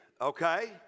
okay